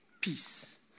peace